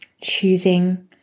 Choosing